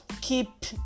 keep